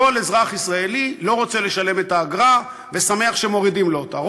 כל אזרח ישראלי לא רוצה לשלם את האגרה ושמח שמורידים לו אותה,